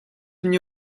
мне